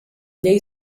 llei